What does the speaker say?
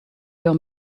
pure